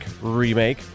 remake